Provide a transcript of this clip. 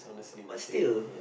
but still